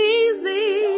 easy